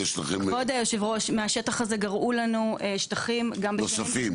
כבוד היו"ר, מהשטח הזה גרעו לנו שטחים -- נוספים?